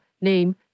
name